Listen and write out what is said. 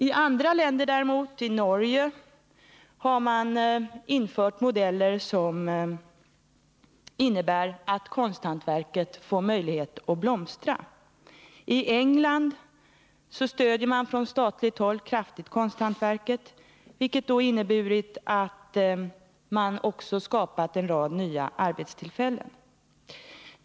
I andra länder däremot, bl.a. i Norge, har man infört modeller som har inneburit att konsthantverket fått möjlighet att blomstra. I England stöder man från statligt håll kraftigt konsthantverket, vilket inneburit att man också skapat en rad nya arbetstillfällen.